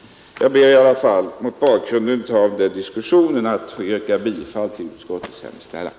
Herr talman! Mot bakgrund av den förda diskussionen ber jag att få yrka bifall till utskottets hemställan.